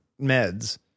meds